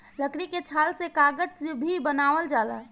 लकड़ी के छाल से कागज भी बनावल जाला